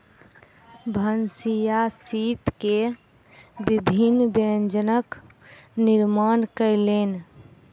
भनसिया सीप के विभिन्न व्यंजनक निर्माण कयलैन